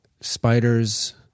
Spiders